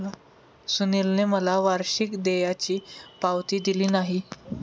सुनीलने मला वार्षिक देयाची पावती दिली नाही